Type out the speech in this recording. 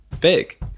big